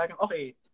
Okay